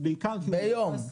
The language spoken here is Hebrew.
ביום.